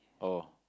oh